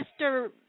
Mr. –